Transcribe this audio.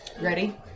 Ready